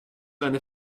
eine